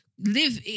Live